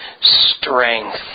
strength